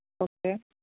okay